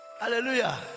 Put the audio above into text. Hallelujah